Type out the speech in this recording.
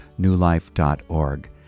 newlife.org